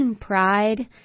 Pride